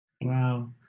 wow